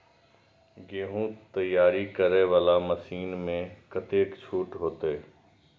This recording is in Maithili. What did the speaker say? गेहूं तैयारी करे वाला मशीन में कतेक छूट होते?